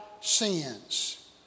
sins